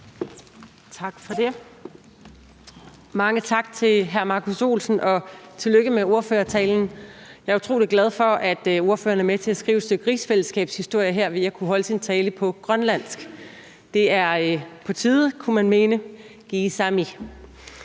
Tak for det. Mange tak til hr. Markus E. Olsen, og tillykke med ordførertalen. Jeg er utrolig glad for, at ordføreren er med til at skrive et stykke rigsfællesskabshistorie her ved at kunne holde sin tale på grønlandsk. Det er på tide, kunne man mene; kiisami